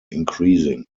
increasing